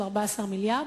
של 14 מיליארד,